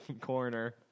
corner